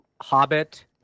Hobbit